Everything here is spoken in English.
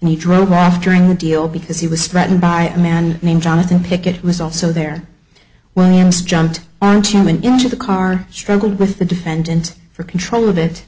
and he drove off during the deal because he was threatened by a man named jonathan pickett was also there williams jumped on chairman into the car struggled with the defendant for control of it